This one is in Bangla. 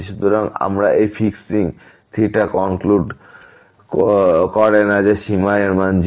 সুতরাং আবার এই ফিক্সিং কনক্লুড করে না যে সীমা এর মান 0